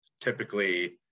typically